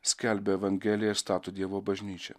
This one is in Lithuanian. skelbia evangeliją ir stato dievo bažnyčią